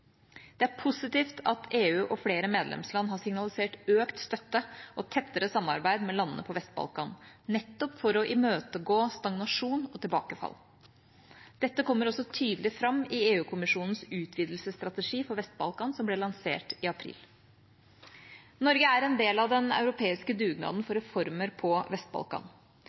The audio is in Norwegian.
Det er positivt at EU og flere medlemsland har signalisert økt støtte til og tettere samarbeid med landene på Vest-Balkan, nettopp for å imøtegå stagnasjon og tilbakefall. Dette kommer også tydelig fram i EU-kommisjonens utvidelsesstrategi for Vest-Balkan, som ble lansert i april. Norge er en del av den europeiske dugnaden for reformer på